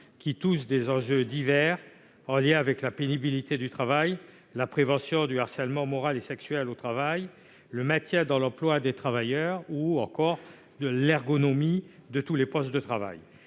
qui touchent des enjeux divers, en lien avec la pénibilité du travail, la prévention du harcèlement moral et sexuel au travail, le maintien dans l'emploi des travailleurs ou encore l'ergonomie des postes de travail.